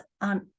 on